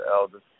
elders